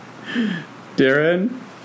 Darren